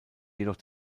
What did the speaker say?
jedoch